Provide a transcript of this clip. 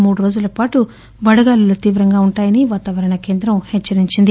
మూడురోజుల పాటు వడగాలులు తీవ్రంగా ఉంటాయని వాతావరణ కేంద్రం హెచ్చరించింది